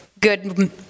good